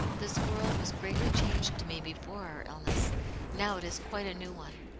this world was greatly changed to me before our illness now it is quite a new one.